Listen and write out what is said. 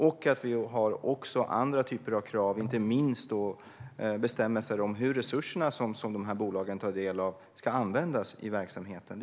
Dessutom tar vi fram andra typer av krav, inte minst bestämmelser om hur resurserna som bolagen tar del av ska användas i verksamheten.